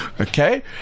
Okay